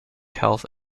health